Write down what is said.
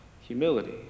humility